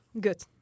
good